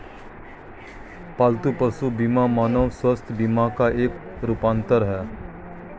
पालतू पशु बीमा मानव स्वास्थ्य बीमा का एक रूपांतर है